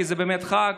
כי זה באמת חג.